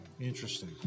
interesting